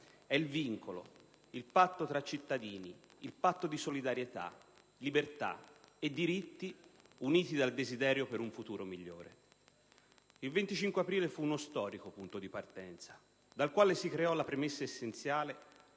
è il vincolo, il patto tra cittadini, il patto di solidarietà, libertà e diritti uniti dal desiderio per un futuro migliore. Il 25 aprile fu uno storico punto di partenza, premessa essenziale